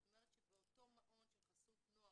זאת אומרת שבאותו מעון של חסות נוער,